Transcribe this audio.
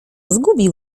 zgubił